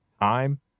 time